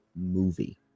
movie